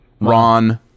Ron